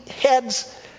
heads